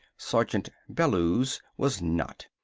sergeant bellews was not.